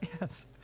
Yes